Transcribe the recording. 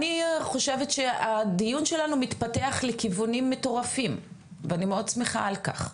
אני חושבת שהדיון שלנו מתפתח לכיוונים מטורפים ואני מאוד שמחה על כך.